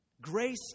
Grace